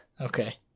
Okay